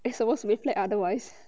it's supposed to be flat otherwise